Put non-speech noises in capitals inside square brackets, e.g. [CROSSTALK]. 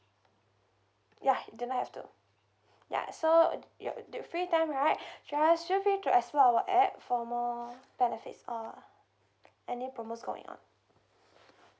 ya do not have to ya so you're~ the free time right [BREATH] just feel free to explore our app for more benefits or any promos going on